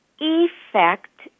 effect